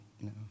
no